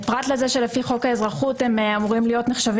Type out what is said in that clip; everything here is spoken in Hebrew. פרט לזה שלפי חוק האזרחות הם אמורים להיחשב